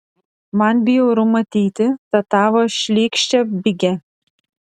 man bjauru matyti tą tavo šlykščią bigę